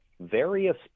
various